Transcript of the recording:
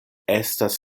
estas